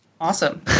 Awesome